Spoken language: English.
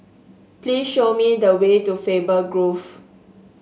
please show me the way to Faber Grove